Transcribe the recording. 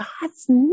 God's